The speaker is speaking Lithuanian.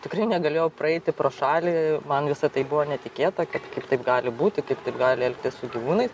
tikrai negalėjau praeiti pro šalį man visa tai buvo netikėta kad kaip taip gali būti kaip taip gali elgtis su gyvūnais